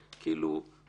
שכאילו,